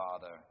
father